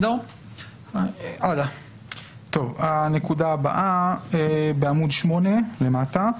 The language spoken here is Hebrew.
הנקודה הבאה בעמוד 8 למטה.